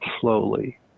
slowly